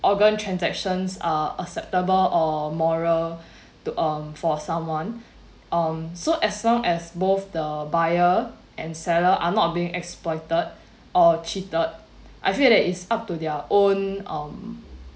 organ transactions are acceptable or moral to um for someone um so as long as both the buyer and seller are not being exploited or cheated I feel that it's up to their own um